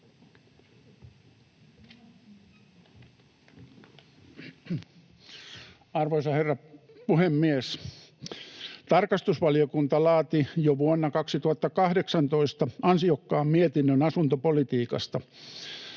Arvoisa herra puhemies! Tarkastusvaliokunta laati jo vuonna 2018 ansiokkaan mietinnön asuntopolitiikasta.